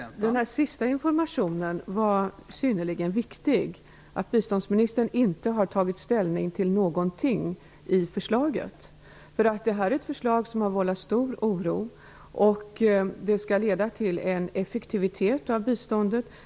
Fru talman! Den sista informationen, att biståndsministern inte har tagit ställning till något i förslaget, var synnerligen viktig. Detta förslag har nämligen vållat stor oro. Förslaget skall leda till en effektivisering av biståndet.